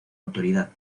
autoridad